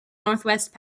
northwest